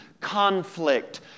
conflict